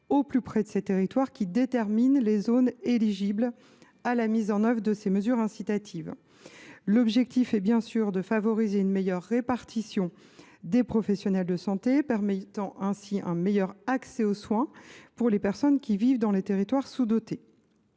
au plus près de ces territoires, qui déterminent les zones éligibles à la mise en œuvre des mesures incitatives. L’objectif est, bien sûr, de favoriser une meilleure répartition des professionnels de santé, permettant ainsi un meilleur accès aux soins pour les personnes qui vivent dans des territoires sous dotés.